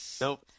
Nope